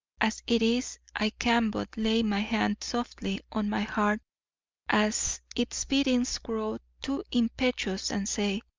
as it is i can but lay my hand softly on my heart as its beatings grow too impetuous and say,